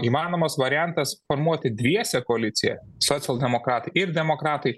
įmanomas variantas formuoti dviese koaliciją socialdemokratai ir demokratai